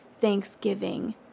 thanksgiving